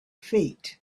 feet